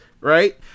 Right